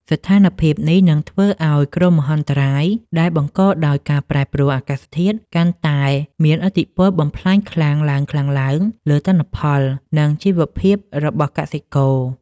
ស្ថានភាពនេះនឹងធ្វើឱ្យគ្រោះមហន្តរាយដែលបង្កដោយការប្រែប្រួលអាកាសធាតុ កាន់តែមានឥទ្ធិពលបំផ្លាញខ្លាំងឡើងៗលើទិន្នផល និងជីវភាពរបស់កសិករ។